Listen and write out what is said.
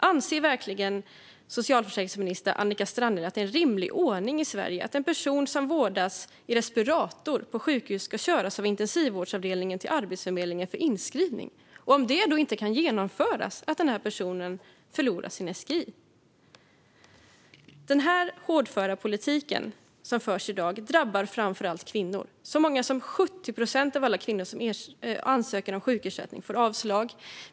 Anser verkligen socialförsäkringsminister Annika Strandhäll att det är en rimlig ordning att en person som vårdas i respirator på sjukhus ska köras av intensivvårdsavdelningen till Arbetsförmedlingen för inskrivning och om det inte kan genomföras att denna person förlorar sin SGI? Denna hårdföra politik drabbar framför allt kvinnor. Så många som 70 procent av alla kvinnor som ansöker om sjukersättning får avslag.